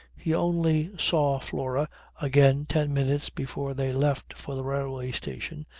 he only saw flora again ten minutes before they left for the railway station,